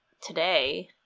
today